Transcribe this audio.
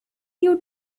you